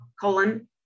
colon